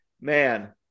Man